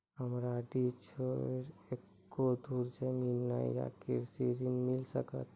हमरा डीह छोर एको धुर जमीन न या कृषि ऋण मिल सकत?